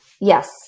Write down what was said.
Yes